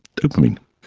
dopamine.